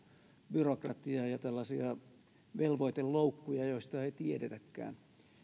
byrokratiaa ja ja tällaisia velvoiteloukkuja joista ei tiedetäkään